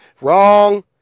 Wrong